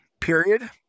period